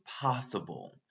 possible